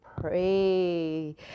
pray